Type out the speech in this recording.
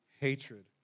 hatred